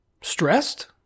stressed